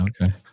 okay